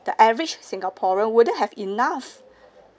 the average singaporean wouldn't have enough